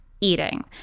eating